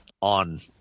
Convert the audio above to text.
on